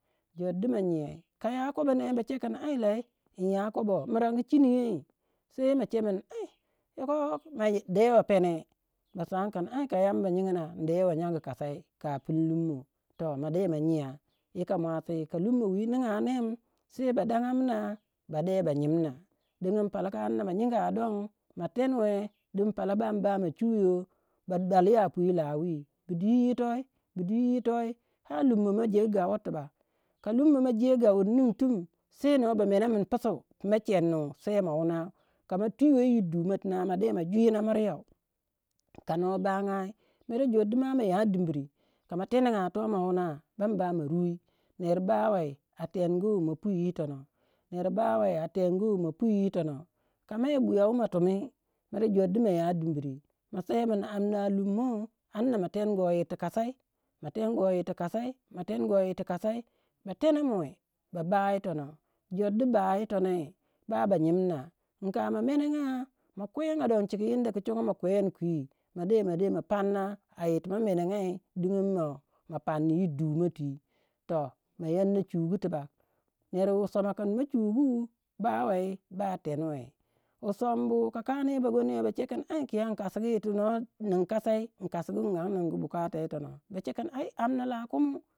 jor di mayinyei ka ya kobo ne ba che kin ooh lei inya koko mirangi chinyei sei ma ce min ai yoko ma- ya- dewe pene ba san kin an kai yamba nyini na in dewe nyangu kasai, ka pun lummo toh ma de ma nyiya yika muasi ka lummo wi ninga nem sei ba dangamna ba de ba nyimna dingin. Palaka amna ma nyiga don ma tenuwe din pala bam ba ma chuyo ba dwalya a pwi lawi bu dwi yitoi bu dwi yitoi har lummo mo jegu gawur tubk ka lumo je gawur ningi tum se no ba menomun pusu pu ma chennu sei ma wunou ka ma twiwe yi seima wuna ma de ma jwina miryo ka no bagyai mere jor du ma ma ya dimbri kama tenega tomowuna bam ba ma rui ner ba wei a tengu ma pwi yitonou, ner ba wai a tengu ma pwi yitonuo ka me buya wu ma tumi mere jor du maya dimbri ma se mum amna lumo amna ma tenguwe yir ti kasai, ma tenguwe yir ti kasai, ma tenguwe yir ti kasai, ba tenemuwe ba ba yitonoh jor du ba yitonon ba ba nyim na inka ma menega ma kwenga don chiku inda ku ma kweni kwi ma de ma de ma panno yir ti ma menengyai digyin ma pani yir dumoh twi, toh ma yannah chugu tubak ner wu soma kin ma chugu bawei ba tenuwei wusombu ka kani yi bagonyo bachekun an kiya in kasugu yir tu no nin kasai in kasu angi ningu yiri yi tonoh bece kem nala ku.